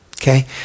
Okay